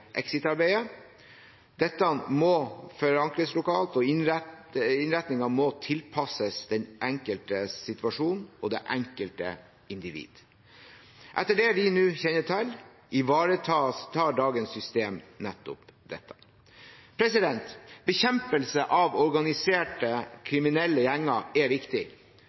Dette må forankres lokalt, og innretningen må tilpasses den enkelte situasjon og det enkelte individ. Etter det vi nå kjenner til, ivaretar dagens system nettopp dette. Bekjempelse av organiserte kriminelle gjenger er viktig,